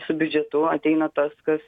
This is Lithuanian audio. su biudžetu ateina tas kas